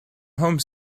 home